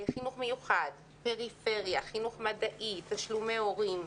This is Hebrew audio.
חינוך מיוחד, פריפריה, חינוך מדעי, תשלומי הורים.